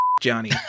Johnny